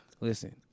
Listen